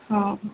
ହଁ